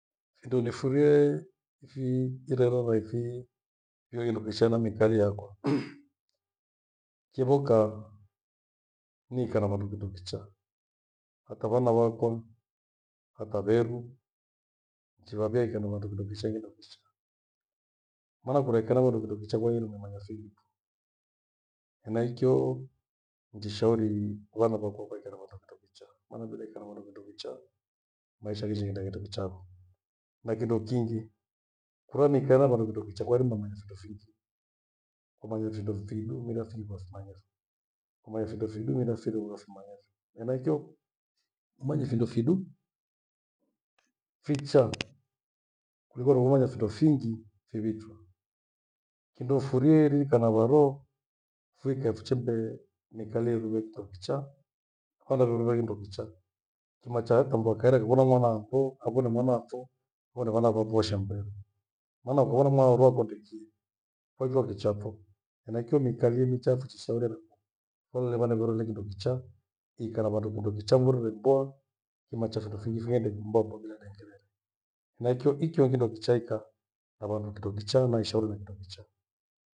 Findo nifuriee, ifi kirero na ifi hiyohiyo ndo mishanami niikalie akwa. kyevoka miikaa na vandu kindonicha hata vana vakwa, hata veghu nichivavia viikae na vandu vindo kichaa enenda vicha. Maana kura iikaa na vandu kindokichaa, kulenyenomanya feliki. Henaiko mitishawanyuenyi wana vako kwaikya na vanda kindo kichaa. Maisha hichighenda kindo kichaa. Na kindo kingi kuramiikae na vandu kindo kichaa kwa iirima imanya findo vingi. Komanya findo vidogo ila visimanyase, komanye findo vidogo ila vifimanyase. Henaikio umanye findo fido vicha kuliko kumanya findo fingi fivichwa. Kindo nifurie nikae na vandu fuikae vichimke miikalie rue kindokichaa, vana veru vave kindokichaa, kimacha hata mndu akaria akavona vana wakoo, avone mwana wakoo avone vana vya mosha mberwa. Maana ukamwona mwana wa uroo akampikie kwaichwa kichapho. Henaicho miikalie micha fuchishuriana tulolie vana veru kindokicha, vikae na vandu kindokicha, murere mboa kimacho findo fingi fighende mboa mbaa bila dengele nahekio icho ni kindokichaa ikaa na vandu kindokichaa na ishauriwa kindokichaa.